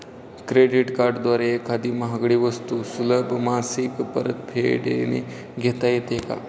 Credit कार्डद्वारे एखादी महागडी वस्तू सुलभ मासिक परतफेडने घेता येते का?